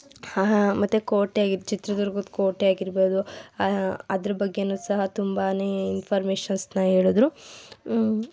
ಮತ್ತೆ ಕೋಟೆ ಚಿತ್ರದುರ್ಗದ ಕೋಟೆ ಆಗಿರ್ಬೋದು ಅದ್ರ ಬಗ್ಗೆಯೂ ಸಹ ತುಂಬಾನೇ ಇನ್ಫಾರ್ಮೇಶನ್ಸ್ನ ಹೇಳಿದ್ರು